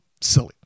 silly